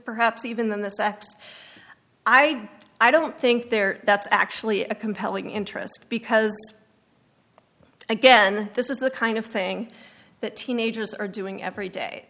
perhaps even than this act i i don't think there that's actually a compelling interest because again this is the kind of thing that teenagers are doing every day